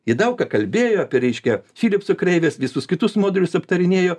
jie daug ką kalbėjo apie reiškia filipso kreivės visus kitus modelius aptarinėjo